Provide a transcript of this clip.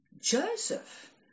Joseph